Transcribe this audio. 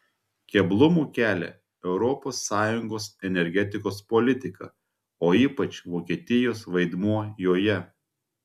keblumų kelia europos sąjungos energetikos politika o ypač vokietijos vaidmuo joje